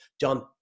John